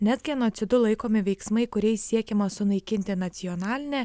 net genocidu laikomi veiksmai kuriais siekiama sunaikinti nacionalinę